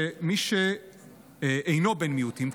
שמי שאינו בן מיעוטים,